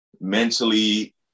mentally